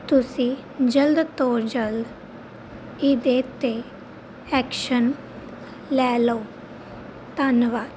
ਤੁਸੀਂ ਜਲਦ ਤੋਂ ਜਲਦ ਇਹਦੇ 'ਤੇ ਐਕਸ਼ਨ ਲੈ ਲਓ ਧੰਨਵਾਦ